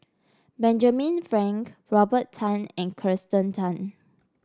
Benjamin Frank Robert Tan and Kirsten Tan